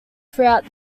throughout